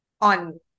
on